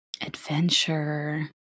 Adventure